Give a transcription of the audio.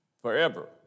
forever